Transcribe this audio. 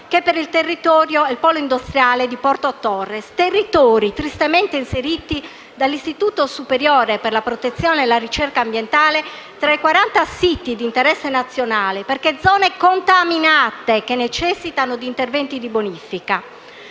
che per il polo industriale di Porto Torres; territori tristemente inseriti dall'Istituto superiore per la protezione e la ricerca ambientale tra i quaranta siti d'interesse nazionale perché zone contaminate che necessitano di interventi di bonifica.